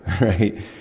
right